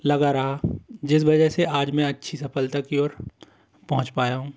लगा रहा जिस वजह से आज मैं अच्छी सफलता की ओर पहुँच पाया हूँ